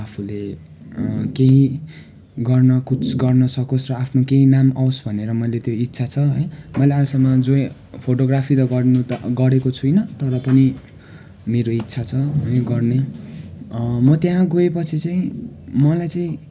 आफूले केही गर्न कुछ गर्नसकोस् र आफ्नो केही नाम आओस् भनेर मैले त्यो इच्छा छ है मैले अहिलेसम्म जो यो फोटोग्राफी गर्नु त गरेको छुइनँ तर पनि मेरो इच्छा छ उयो गर्ने म त्यहाँ गएपछि चाहिँ मलाई चाहिँ